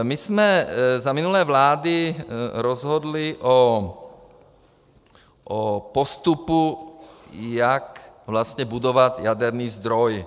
My jsme za minulé vlády rozhodli o postupu, jak vlastně budovat jaderný zdroj.